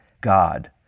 God